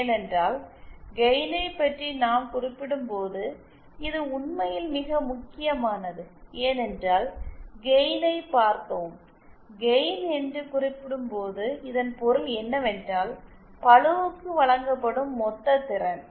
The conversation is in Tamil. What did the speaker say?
ஏனென்றால் கெயினை பற்றி நாம் குறிப்பிடும்போது இது உண்மையில் மிக முக்கியமானது ஏனென்றால் கெயினை பார்க்கவும் கெயின் என்று குறிப்பிடும் போது இதன் பொருள் என்னவென்றால் பளுவுக்கு வழங்கப்படும் மொத்த திறன்